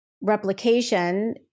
replication